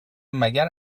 مگر